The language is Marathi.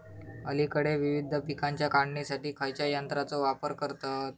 अलीकडे विविध पीकांच्या काढणीसाठी खयाच्या यंत्राचो वापर करतत?